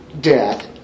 death